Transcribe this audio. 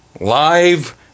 live